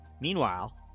Meanwhile